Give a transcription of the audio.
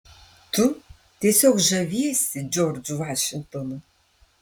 tu tiesiog žaviesi džordžu vašingtonu